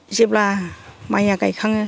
जेब्ला माइया गायखाङो